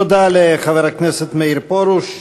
תודה לחבר הכנסת מאיר פרוש,